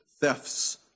thefts